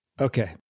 Okay